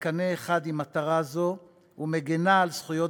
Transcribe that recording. בקנה אחד עם מטרה זו ומגינה על זכויות